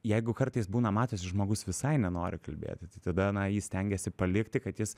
jeigu kartais būna matosi žmogus visai nenori kalbėti tai tada na jį stengiesi palikti kad jis